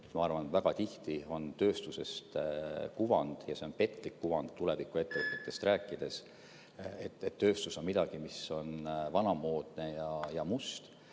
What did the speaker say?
Ma arvan, et väga tihti on tööstusest petlik kuvand tuleviku ettevõtetest rääkides, et tööstus on midagi, mis on vanamoodne ja must.